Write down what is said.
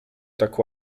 tak